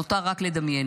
נותר רק לדמיין.